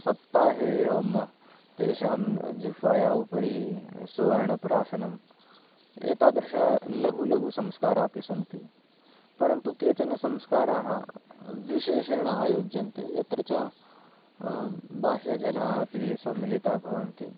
सप्ताहे एवं तेषां जिह्वायाः उपरि सुवर्णप्राशनम् एतादृशलघुलघुसंस्काराः अपि सन्ति परन्तु केचन संस्काराः विशेषेण आयोज्यन्ते यत्र च बाह्यजनाः अपि सम्मिलिताः भवन्ति